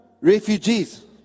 refugees